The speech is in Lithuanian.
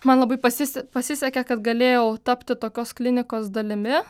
man labai pasise pasisekė kad galėjau tapti tokios klinikos dalimi